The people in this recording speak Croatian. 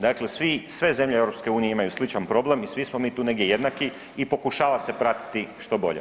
Dakle, svi, sve zemlje EU imaju sličan problem i svi smo mi tu negdje jednaki i pokušava se pratiti što bolje.